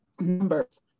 numbers